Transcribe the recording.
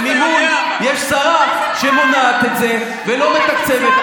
וממול יש שרה שמונעת את זה ולא מתקצבת.